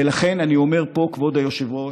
ולכן, אני אומר פה, כבוד היושב-ראש,